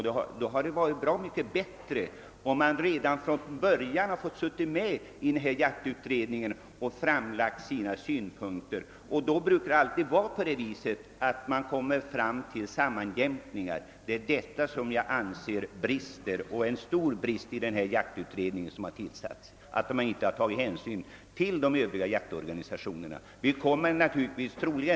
Det hade varit mycket bättre, om dessa personer redan från början fått sitta med i jaktutredningen och framlägga sina synpunkter. Man brukar ju, när olika intressen är företrädda i en utredning, kunna åstadkomma en sammanjämkning. Att man vid tillsättningen av jaktutredningen inte tagit hänsyn till de övriga jaktorganisationerna anser jag vara en stor brist med denna utredning.